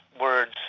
words